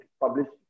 published